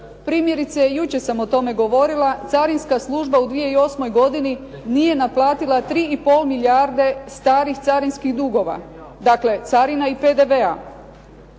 Primjerice, jučer sam o tome govorila, carinska služba u 2008. godini nije naplatila 3,5 milijarde starih carinskih dugova, dakle carina i PDV-a.